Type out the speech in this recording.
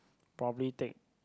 probably take